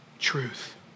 Truth